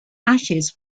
ashes